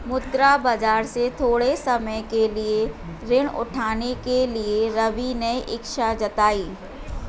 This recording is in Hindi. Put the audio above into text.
मुद्रा बाजार से थोड़े समय के लिए ऋण उठाने के लिए रवि ने इच्छा जताई